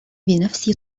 بنفس